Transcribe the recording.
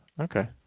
Okay